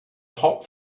hot